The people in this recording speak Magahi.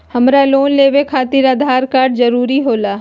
हमरा लोन लेवे खातिर आधार कार्ड जरूरी होला?